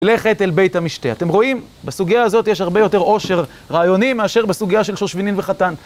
לכת אל בית המשתה. אתם רואים, בסוגיה הזאת יש הרבה יותר עושר רעיוני מאשר בסוגיה של שושבינים וחתן.